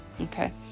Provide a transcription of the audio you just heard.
Okay